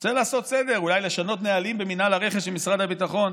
הוא רוצה לעשות סדר ואולי לשנות נהלים במינהל הרכש של משרד הביטחון,